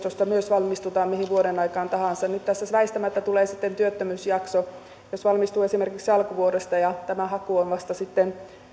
yliopistosta myös valmistutaan mihin vuodenaikaan tahansa nyt tässä väistämättä tulee sitten työttömyysjakso jos valmistuu esimerkiksi alkuvuodesta ja tämä haku on vasta sitten